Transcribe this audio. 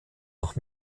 auch